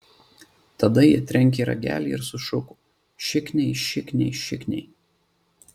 tada ji trenkė ragelį ir sušuko šikniai šikniai šikniai